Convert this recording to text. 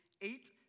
eight